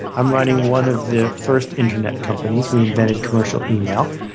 i'm running one of the first internet companies. we invented commercial email.